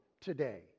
today